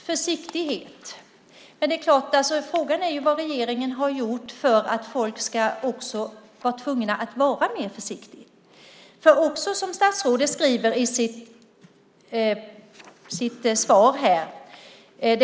Fru talman! Frågan är vad regeringen har gjort för att folk ska vara tvungna att vara mer försiktiga.